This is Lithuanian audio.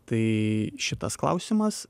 tai šitas klausimas